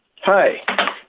Hi